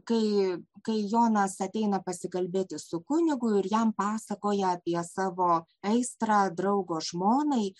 kai kai jonas ateina pasikalbėti su kunigu ir jam pasakoja apie savo aistrą draugo žmonai